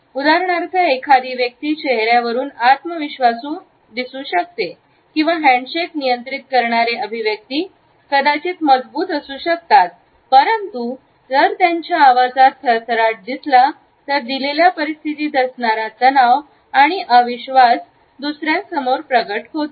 उदाहरणार्थ एखादी व्यक्ती चेहऱ्यावरून आत्मविश्वासू व्यक्ती दिसते किंवा हँडशेक नियंत्रित करणारे अभिव्यक्ती कदाचित मजबूत असू शकतात परंतु आवाजात थरथराट असल्यास दिलेल्या परिस्थितीत असणारा तणाव आणि अविश्वास दुसर्यासमोर प्रकट होतो